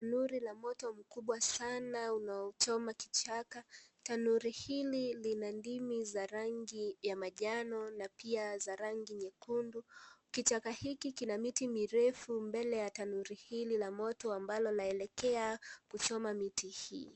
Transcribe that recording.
Tanuri la moto mkubwa sana unaochoma kichaka tanuri hili lina ndimi za rangi ya majano na pia za rangi nyekundu kichaka hiki kina miti mirefu mbele ya tanuri hili la moto ambalo laelekea kuchoma miti hii.